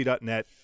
.NET